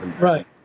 Right